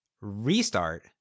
restart